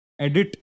edit